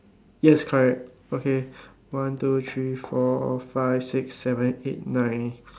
yes correct okay one two three four five six seven eight nine